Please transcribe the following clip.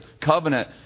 covenant